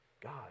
God